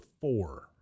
four